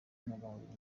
intungamubiri